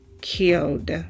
killed